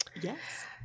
yes